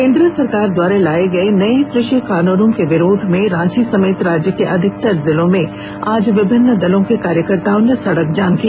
केंद्र सरकार द्वारा लाए गए नए कृषि कानूनों के विरोध में रांची समेत राज्य के अधिकतर जिलों में आज विभिन्न दलों के कार्यकर्ताओं ने सड़क जाम किया